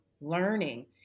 learning